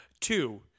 Two